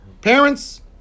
Parents